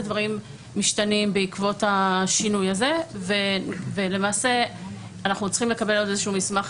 דברים משתנים בעקבות השינוי הזה ולמעשה אנחנו צריכים לקבל עוד מסמך